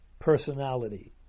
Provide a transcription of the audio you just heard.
personality